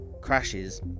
crashes